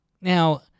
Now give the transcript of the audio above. Now